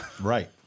Right